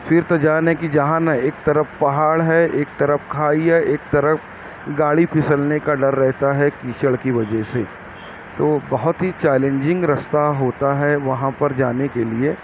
پھر تو جان ہے کی جہان ہے ایک طرف پہاڑ ہے ایک طرف کھائی ہے ایک طرف گاڑی پھسلنے کا ڈر رہتا ہے کیچڑ کی وجہ سے تو بہت ہی چیلنجنگ رستہ ہوتا ہے وہاں پر جانے کے لیے